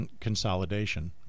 consolidation